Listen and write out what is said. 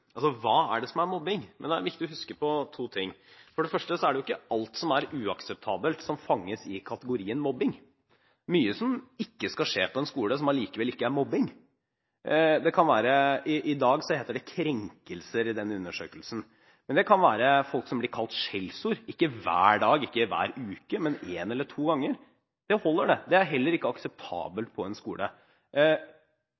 Hva er det som er mobbing? Det er viktig å huske på to ting. For det første er det jo ikke alt som er uakseptabelt, som fanges i kategorien mobbing. Mye som ikke skal skje på en skole, er allikevel ikke mobbing. I dag heter det krenkelser, i den undersøkelsen. Det kan være folk som blir kalt skjellsord, ikke hver dag, ikke hver uke, men en eller to ganger. Det holder, det – det er heller ikke akseptabelt på en skole.